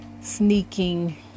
sneaking